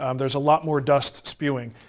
um there's a lot more dust spewing.